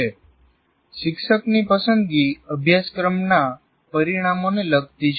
શિક્ષકની સ્વાયત્ત સંસ્થાઓમાં પસંદગી અભ્યાસક્રમના પરિણામોને લગતી છે